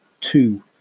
two